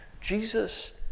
Jesus